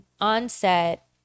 onset